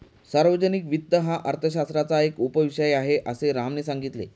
सार्वजनिक वित्त हा अर्थशास्त्राचा एक उपविषय आहे, असे रामने सांगितले